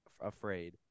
afraid